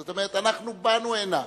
זאת אומרת: אנחנו באנו הנה,